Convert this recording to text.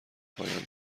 پایان